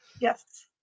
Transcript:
Yes